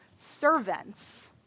servants